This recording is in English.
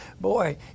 boy